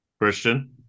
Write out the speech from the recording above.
Christian